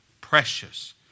precious